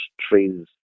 trees